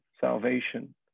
salvation